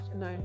No